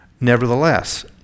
Nevertheless